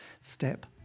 step